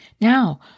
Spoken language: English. Now